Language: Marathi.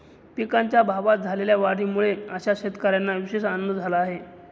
पिकांच्या भावात झालेल्या वाढीमुळे अशा शेतकऱ्यांना विशेष आनंद झाला आहे